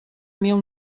mil